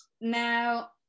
now